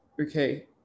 okay